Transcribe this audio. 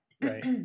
Right